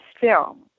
film